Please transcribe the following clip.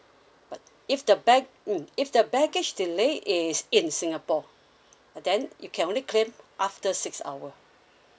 but if the bag~ mm if the baggage delay is in singapore then you can only claim after six hour